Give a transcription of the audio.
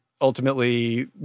ultimately